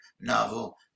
novel